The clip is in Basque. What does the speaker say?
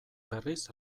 berriz